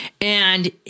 And-